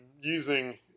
using